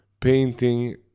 painting